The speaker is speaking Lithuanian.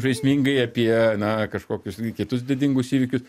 žaismingai apie na kažkokius irgi kitus didingus įvykiu